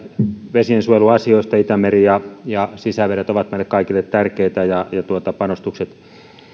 vesiensuojeluasioista itämeri ja ja sisävedet ovat meille kaikille tärkeitä ja panostukset